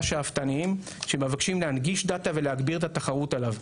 שאפתניים שמבקשים להנגיש דאטה ולהגביר את התחרות עליו.